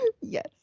Yes